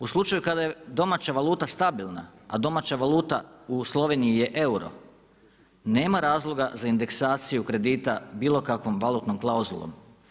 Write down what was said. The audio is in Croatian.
U slučaju kada je domaća valuta stabilna, a domaća valuta u Sloveniji je euro, nema razloga za indeksaciju kredita bilo kakvom valutnom klauzulom.